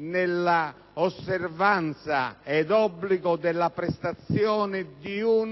l'osservanza ed obbligo della prestazione di un